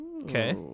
Okay